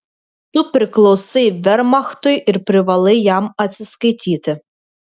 tu priklausai vermachtui ir privalai jam atsiskaityti